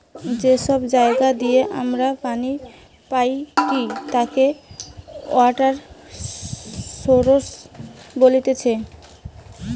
যে সব জায়গা দিয়ে আমরা পানি পাইটি তাকে ওয়াটার সৌরস বলতিছে